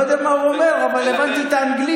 אני לא יודע מה הוא אומר, אבל הבנתי את האנגלית.